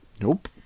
Nope